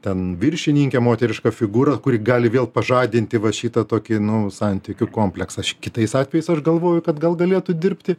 ten viršininkė moteriška figūra kuri gali vėl pažadinti va šitą tokį nu santykių kompleksą kitais atvejais aš galvoju kad gal galėtų dirbti